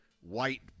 white